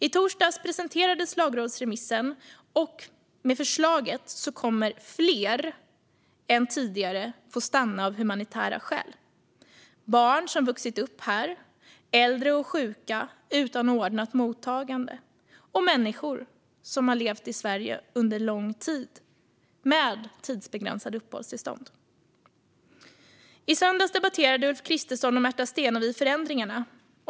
I torsdags presenterades lagrådsremissen, och med förslaget kommer fler än tidigare att få stanna av humanitära skäl. Det handlar om barn som vuxit upp här, äldre och sjuka utan ordnat mottagande och människor som har levt i Sverige under lång tid med tidsbegränsade uppehållstillstånd. I söndags debatterade Ulf Kristersson och Märta Stenevi förändringarna.